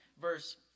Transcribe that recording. verse